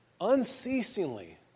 unceasingly